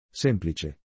Semplice